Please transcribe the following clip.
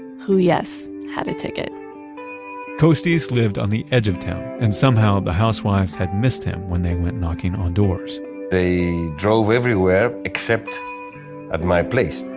who yes, had a ticket costis lived on the edge of town and somehow the housewives had missed him when they went knocking on doors they drove everywhere except at my place.